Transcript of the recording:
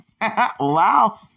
Wow